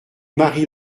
marie